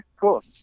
Cool